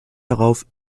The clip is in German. darauf